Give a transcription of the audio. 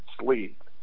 sleep